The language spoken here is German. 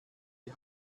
die